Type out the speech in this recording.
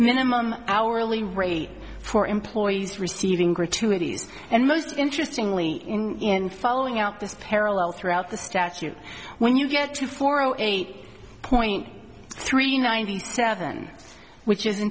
minimum hourly rate for employees receiving gratuities and most interesting lee in following up this parallel throughout the statute when you get to four zero eight point three ninety seven which is